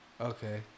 Okay